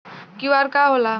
QR का होला?